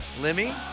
Lemmy